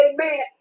Amen